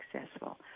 successful